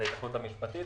את ההיתכנות המשפטית.